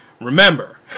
Remember